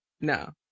No